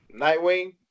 Nightwing